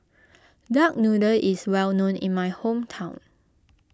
Duck Noodle is well known in my hometown